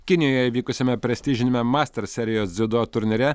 kinijoje vykusiame prestižiniame master serijos dziudo turnyre